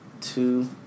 two